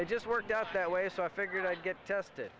it just worked out that way so i figured i'd get tested